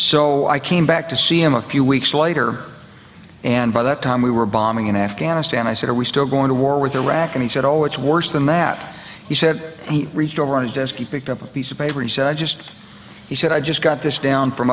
so i came back to see him a few weeks later and by that time we were bombing in afghanistan i said are we still going to war with iraq and he said oh it's worse the matter he said reached over and just be picked up a piece of paper he said i just he said i just got this down from